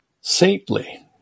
saintly